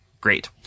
great